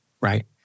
right